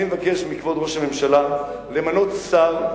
אני מבקש מכבוד ראש הממשלה למנות שר,